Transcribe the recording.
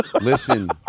Listen